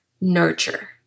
nurture